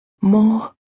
More